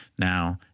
Now